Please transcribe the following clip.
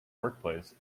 workplace